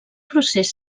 procés